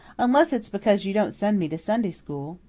unless it's because you don't send me to sunday school.